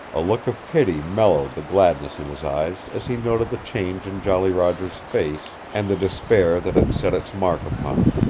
a look of pity mellowed the gladness in his eyes as he noted the change in jolly roger's face, and the despair that had set its mark upon it.